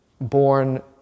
born